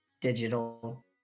digital